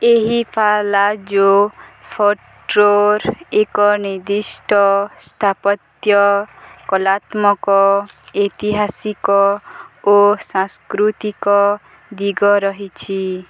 ଏହି ପାଲାଜୋ ଫୋର୍ଟର ଏକ ନିର୍ଦ୍ଦିଷ୍ଟ ସ୍ଥାପତ୍ୟ କଳାତ୍ମକ ଇତିହାସିକ ଓ ସାଂସ୍କୃତିକ ଦିଗ ରହିଛି